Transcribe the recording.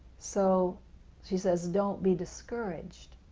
so she says, don't be discouraged.